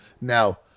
now